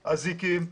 באזיקים,